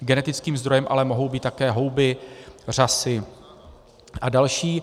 Genetickým zdrojem ale mohou být také houby, řasy a další.